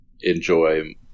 enjoy